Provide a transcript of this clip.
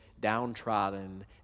downtrodden